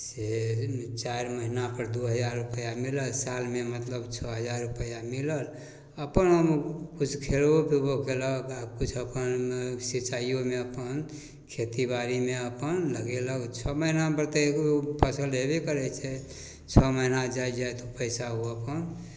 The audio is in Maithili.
से चारि महिनापर दुइ हजार रुपैआ मिलल सालमे मतलब छओ हजार रुपैआ मिलल अपनामे किछु खेबो पिबो कएलक आओर किछु अपन सिँचाइओमे अपन खेतीबाड़ीमे अपन लगेलक छओ महिनापर तऽ एगो फसिल हेबे करै छै छओ महिना जाइत जाइत ओ पइसा ओ अपन